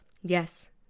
Yes